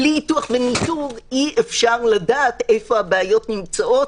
בלי זה לא ניתן לדעת איפה הבעיות נמצאות,